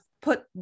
put